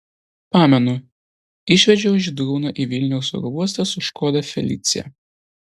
pamenu išvežiau žydrūną į vilniaus oro uostą su škoda felicia